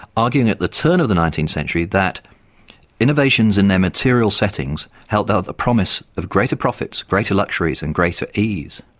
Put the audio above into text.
arguing at the turn of the nineteenth century that innovations in their material settings held out the promise of greater profits, greater luxuries and greater ease.